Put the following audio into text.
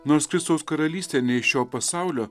nors kristaus karalystė ne iš šio pasaulio